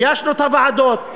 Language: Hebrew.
איישנו את הוועדות.